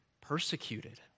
persecuted